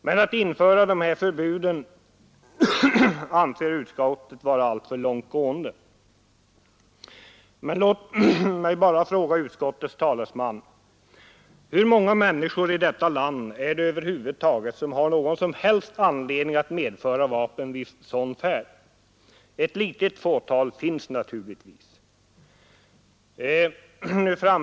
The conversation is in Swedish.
Utskottet anser emellertid att det skulle vara alltför långtgående att införa ett sådant förbud. Men låt mig fråga utskottets talesman: Hur många människor i detta land är det över huvud taget som har någon som helst anledning att medföra vapen vid färd av detta slag? Ett litet fåtal finns naturligtvis.